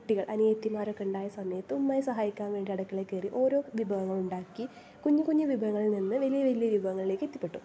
കുട്ടികൾ അനിയത്തിമാരൊക്കെ ഉണ്ടായ സമയത്ത് ഉമ്മയെ സഹായിക്കാൻ വേണ്ടി അടുക്കളയിൽ കയറി ഓരോ വിഭവങ്ങൾ ഉണ്ടാക്കി കുഞ്ഞി കുഞ്ഞി വിഭവങ്ങളിൽ നിന്ന് വലിയ വലിയ വിഭവങ്ങളിലേക്ക് എത്തിപ്പെട്ടു